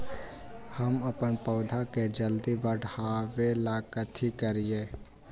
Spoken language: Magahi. हम अपन पौधा के जल्दी बाढ़आवेला कथि करिए?